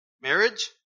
Marriage